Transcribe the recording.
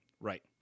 Right